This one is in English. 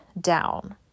down